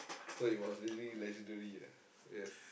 so it was easy legendary ah yes